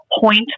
point